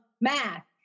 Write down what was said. math